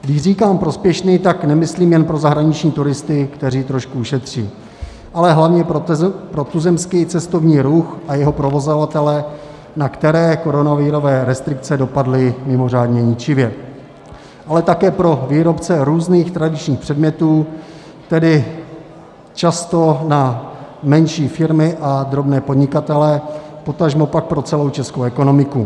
Když říkám prospěšný, tak nemyslím jen pro zahraniční turisty, kteří trošku ušetří, ale hlavně pro tuzemský cestovní ruch a jeho provozovatele, na které koronavirové restrikce dopadly mimořádně ničivě, ale také pro výrobce různých tradičních předmětů, tedy často na menší firmy a drobné podnikatele, potažmo pak pro celou českou ekonomiku.